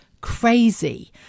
crazy